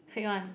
fake [one]